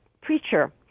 preacher